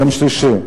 יום שלישי,